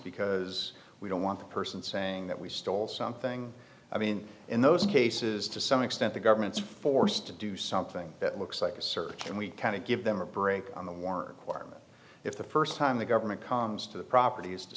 because we don't want the person saying that we stole something i mean in those cases to some extent the government's forced to do something that looks like a search and we kind of give them a break on the war where if the first time the government comes to the properties to